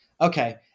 Okay